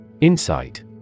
Insight